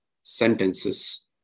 sentences